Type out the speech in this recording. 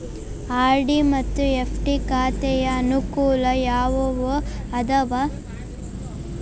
RD ಮತ್ತು FD ಖಾತೆಯ ಅನುಕೂಲ ಯಾವುವು ಅದಾವ?